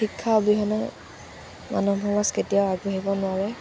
শিক্ষা অবিহনে মানৱ সমাজ কেতিয়াও আগবাঢ়িব নোৱাৰে